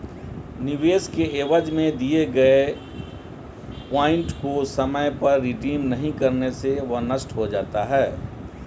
निवेश के एवज में दिए गए पॉइंट को समय पर रिडीम नहीं करने से वह नष्ट हो जाता है